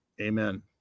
Amen